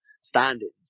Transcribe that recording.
standings